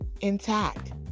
intact